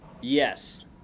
Yes